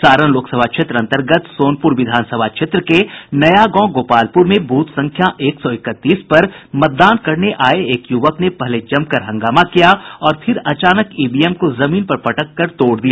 सारण लोकसभा क्षेत्र अंतर्गत सोनपूर विधानसभा क्षेत्र के नया गांव गोपालपुर में बूथ संख्या एक सौ इकतीस पर मतदान करने आये एक यूवक ने पहले जमकर हंगामा किया और फिर अचानक ईवीएम को जमीन पर पटक कर तोड़ दिया